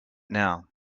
now